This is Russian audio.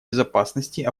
безопасности